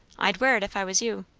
i'd wear it, if i was you.